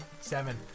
seven